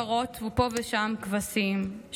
פרות ופה ושם כבשים,